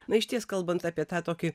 va išties kalbant apie tą tokį